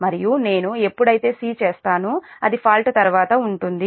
మరియు నేను ఎప్పుడైతే C చేస్తాను అది ఫాల్ట్ తర్వాత ఉంటుంది